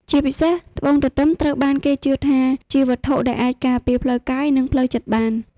ជាពិសេស ត្បូងទទឹមត្រូវបានគេជឿថាជាវត្ថុដែលអាចការពារផ្លូវកាយនិងផ្លូវចិត្តបាន។